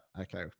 Okay